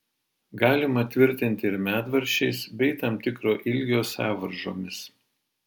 galima tvirtinti ir medvaržčiais bei tam tikro ilgio sąvaržomis